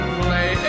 play